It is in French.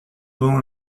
bon